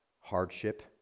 hardship